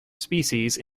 species